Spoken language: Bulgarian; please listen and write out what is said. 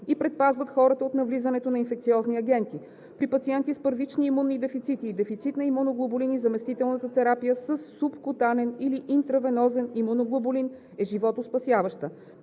и предпазват хората от навлизането на инфекциозни агенти. При пациенти с първични имунни дефицити и дефицит на имуноглобулини заместителната терапия със субкутанен или интравенозен имуноглобулин е животоспасяваща.